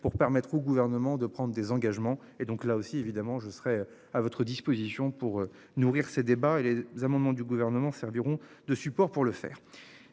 pour permettre au gouvernement de prendre des engagements. Et donc là aussi évidemment je serais à votre disposition pour nourrir ces débats et les amendements du gouvernement serviront de support pour le faire.